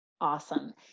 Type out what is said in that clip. Awesome